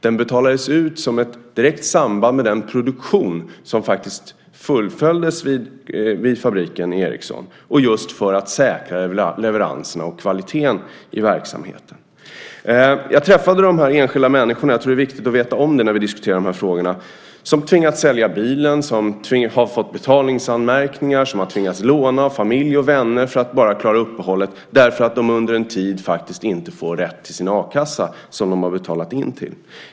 Den betalades ut som ett direkt samband med den produktion som fullföljdes vid fabriken för att säkra leveranserna och kvaliteten i verksamheten. Jag träffade dessa enskilda människor - jag tror att det är viktigt att veta om det när vi diskuterar dessa frågor - som tvingats sälja bilen, som har fått betalningsanmärkningar och som har tvingats låna av familj och vänner för att klara uppehället därför att de under en tid faktiskt inte får rätt till sin a-kassa som de har betalat in till.